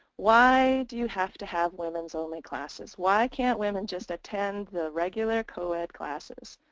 why do you have to have women's only classes? why can't women just attend the regular coed classes?